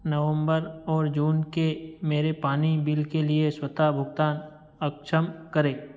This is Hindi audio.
नवंबर और जून के मेरे पानी बिल के लिये स्वतः भुगतान अक्षम करें